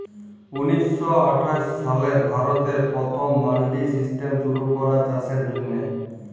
উনিশ শ আঠাশ সালে ভারতে পথম মাল্ডি সিস্টেম শুরু ক্যরা চাষের জ্যনহে